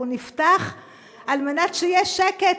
הרי הוא נפתח על מנת שיהיה שקט,